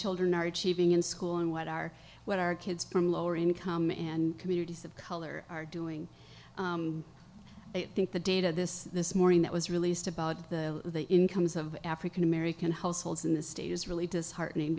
children are achieving in school and what are what our kids from lower income and communities of color are doing i think the data this this morning that was released about the incomes of african american households in the state is really disheartening